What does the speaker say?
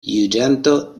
juĝanto